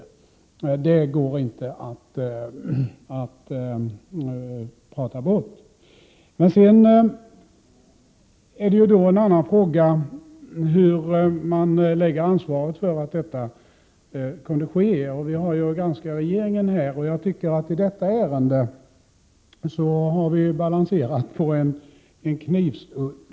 Det går inte att prata bort. Sedan är det emellertid en annan fråga var man skall lägga ansvaret för att detta kunde ske. Här har vi att granska regeringen, och i detta ärende tycker jag att vi har balanserat på en knivsudd.